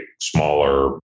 smaller